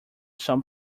some